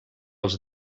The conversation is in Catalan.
els